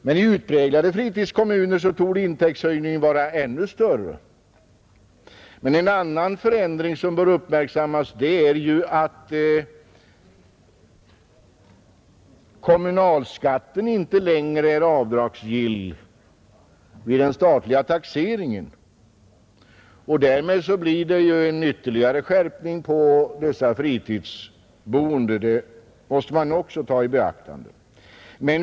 Och i utpräglade fritidskommuner torde intäktshöjningen vara ännu större. En annan förändring som bör uppmärksammas är att kommunalskatten inte längre är avdragsgill vid den statliga taxeringen. Därmed blir det en ytterligare skärpning på dessa fritidsboende — det måste man också ta i beaktande.